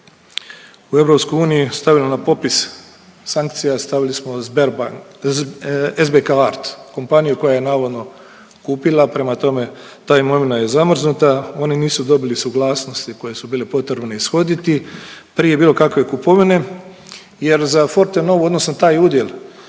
stavili smo Sberbank, SBK Art, kompaniju koja je navodno kupila prema tome ta imovina je zamrznuta, oni nisu dobili suglasnosti koje su bile potrebne ishoditi prije bilo kakve kupovine jer za Fortenovu odnosno taj udjel